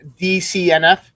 DCNF